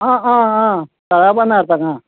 आं आं आं तळ्या पोंदा हांगा